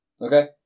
Okay